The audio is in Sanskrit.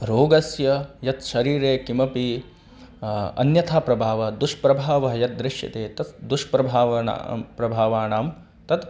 रोगस्य यत्शरीरे किमपि अन्यथा प्रभावः दुष्प्रभावः यत् दृश्यते तस् दुष्प्रभावाणां प्रभावाणां तत्